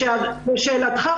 לשאלתך,